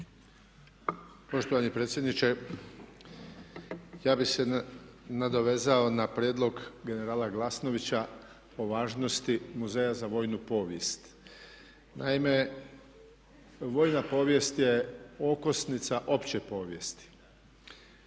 Poštovani predsjedniče. Ja bih se nadovezao na prijedlog generala Glasnovića o važnosti muzeja za vojnu povijest. Naime vojna povijest je okosnica opće povijesti.